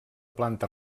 planta